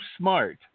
smart